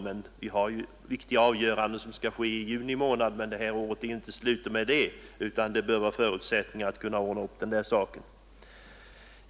Det skall ske viktiga avgöranden i juni månad, men det här året är inte slut med det, utan det bör kunna finnas förutsättningar för att ordna upp den där saken.